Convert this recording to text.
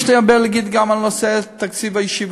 יש לי הרבה להגיד גם על נושא תקציב הישיבות,